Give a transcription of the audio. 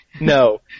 No